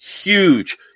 huge